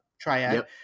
triad